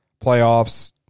Playoffs